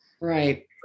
Right